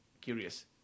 curious